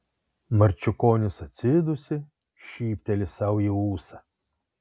marčiukonis atsidūsi šypteli sau į ūsą